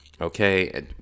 Okay